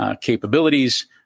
capabilities